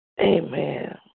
Amen